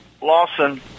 Lawson